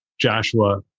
Joshua